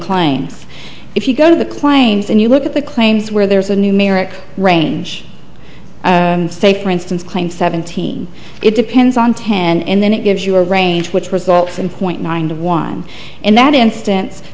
claims if you go to the claims and you look at the claims where there's a numeric range say for instance claim seventeen it depends on ten and then it gives you a range which results in point nine to one in that instance